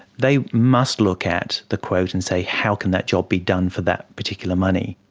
they must look at the quote and say how can that job be done for that particular money.